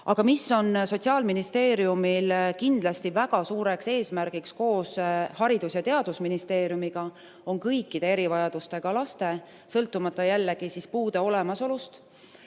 Aga Sotsiaalministeeriumil on kindlasti väga suureks eesmärgiks koos Haridus‑ ja Teadusministeeriumiga kõikide erivajadustega laste – sõltumata jällegi puude olemasolust,